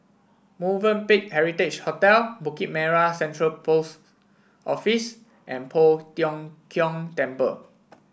Movenpick Heritage Hotel Bukit Merah Central Post Office and Poh Tiong Kiong Temple